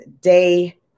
day